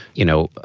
you know,